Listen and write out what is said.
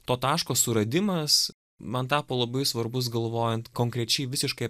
to taško suradimas man tapo labai svarbus galvojant konkrečiai visiškai